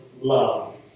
love